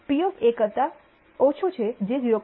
25 છે જે P કરતા ઓછા છે જે 0